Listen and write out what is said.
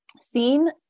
seen